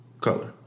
color